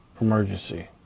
emergency